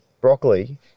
broccoli